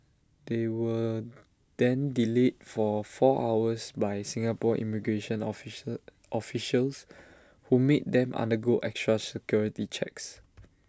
they were then delayed for four hours by Singapore immigration official officials who made them undergo extra security checks